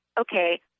okay